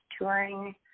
touring